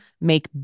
make